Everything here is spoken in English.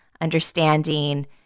understanding